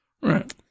Right